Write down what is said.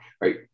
right